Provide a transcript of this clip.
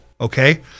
okay